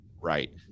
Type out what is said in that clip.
right